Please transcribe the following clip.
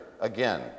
again